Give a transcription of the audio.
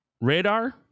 radar